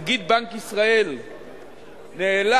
נגיד בנק ישראל נאלץ,